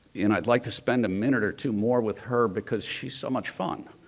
you know, i'd like to spend a minute or two more with her because she's so much fun.